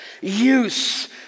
use